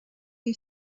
you